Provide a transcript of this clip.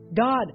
God